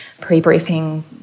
pre-briefing